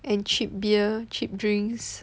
and cheap beer cheap drinks